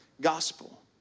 gospel